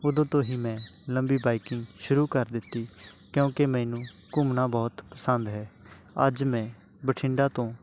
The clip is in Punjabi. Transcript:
ਉਦੋਂ ਤੋਂ ਹੀ ਮੈਂ ਲੰਬੀ ਬਾਈਕਿੰਗ ਸ਼ੁਰੂ ਕਰ ਦਿੱਤੀ ਕਿਉਂਕਿ ਮੈਨੂੰ ਘੁੰਮਣਾ ਬਹੁਤ ਪਸੰਦ ਹੈ ਅੱਜ ਮੈਂ ਬਠਿੰਡਾ ਤੋਂ